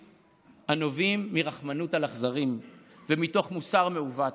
הנובעים מרחמנות על אכזרים ומתוך מוסר מעוות.